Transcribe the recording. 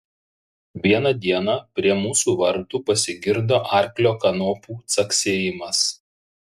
vieną dieną prie mūsų vartų pasigirdo arklio kanopų caksėjimas